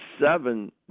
seven